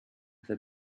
the